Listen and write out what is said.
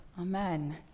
amen